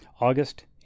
August